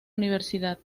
universidad